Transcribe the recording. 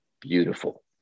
beautiful